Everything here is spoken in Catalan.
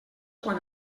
quan